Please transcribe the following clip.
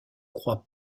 croit